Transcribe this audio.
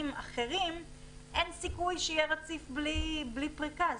אחרים אין סיכוי שיהיה רציף בלי פריקה,